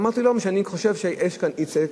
אמרתי שאני חושב שיש כאן אי-צדק,